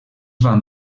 van